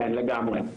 כן לגמרי.